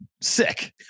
sick